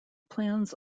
plans